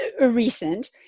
recent